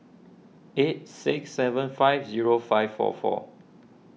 eight six seven five zero five four four